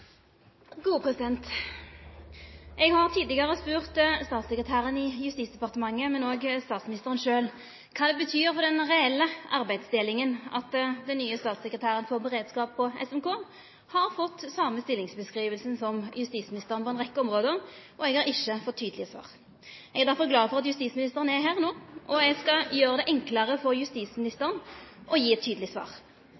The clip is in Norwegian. Eg har tidlegare spurt statssekretæren i Justisdepartementet, men òg statsministeren sjølv, kva det betyr for den reelle arbeidsdelinga at den nye statssekretæren for beredskap på SMK har fått same stillingsbeskrivinga som justisministeren på ei rekkje område. Eg har ikkje fått tydelege svar. Eg er derfor glad for at justisministeren er her no, og eg skal gjere det enklare for